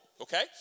okay